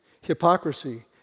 hypocrisy